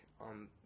on